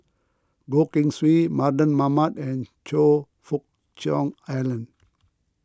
Goh Keng Swee Mardan Mamat and Choe Fook Cheong Alan